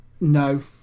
No